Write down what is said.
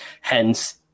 Hence